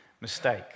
mistake